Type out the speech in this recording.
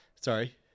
sorry